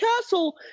castle